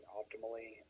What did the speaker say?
optimally